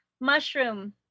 mushroom